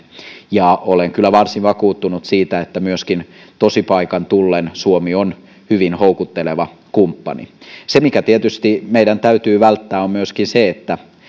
ja olen kyllä varsin vakuuttunut siitä että myöskin tosipaikan tullen suomi on hyvin houkutteleva kumppani se mikä tietysti meidän myöskin täytyy välttää on se että